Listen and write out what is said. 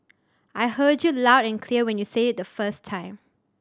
I heard you loud and clear when you said it the first time